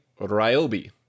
Ryobi